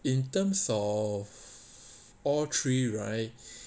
in terms of all three right